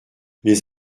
les